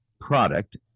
product